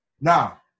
Now